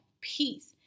peace